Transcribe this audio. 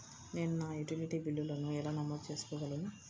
నేను నా యుటిలిటీ బిల్లులను ఎలా నమోదు చేసుకోగలను?